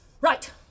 Right